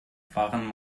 waren